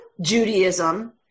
Judaism